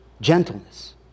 gentleness